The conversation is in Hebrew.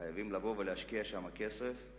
חייבים לבוא ולהשקיע כסף.